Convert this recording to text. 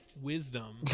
Wisdom